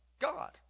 God